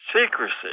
secrecy